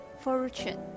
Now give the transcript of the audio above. fortune